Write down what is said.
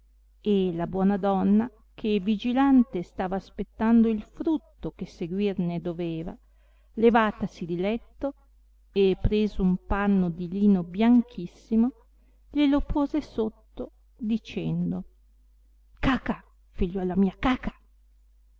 e la buona donna che vigilante stava aspettando il frutto che seguirne doveva levatasi di letto e preso un panno di lino bianchissimo glie lo puose sotto dicendo caca figliuola mia caca